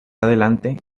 adelante